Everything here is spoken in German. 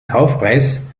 kaufpreis